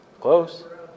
Close